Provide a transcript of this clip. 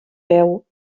veu